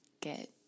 get